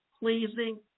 pleasing